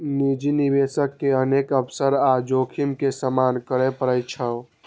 निजी निवेशक के अनेक अवसर आ जोखिम के सामना करय पड़ै छै